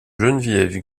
geneviève